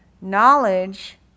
knowledge